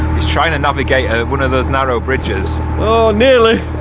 he's trying to navigate one of those narrow bridges. oooh nearly.